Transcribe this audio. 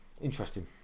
interesting